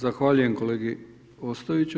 Zahvaljujem kolegi Ostojiću.